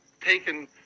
taken